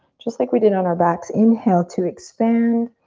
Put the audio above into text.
just like we did on our backs, inhale to expand.